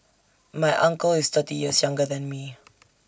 my uncle is thirty years younger than me